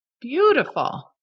Beautiful